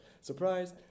surprise